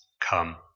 come